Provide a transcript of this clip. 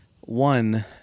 One